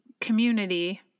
community